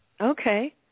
Okay